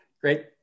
great